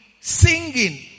singing